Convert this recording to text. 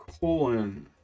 colon